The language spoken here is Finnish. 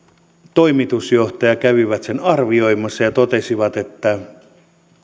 toimitusjohtaja kävivät sen arvioimassa ja ja totesivat että